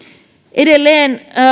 edelleen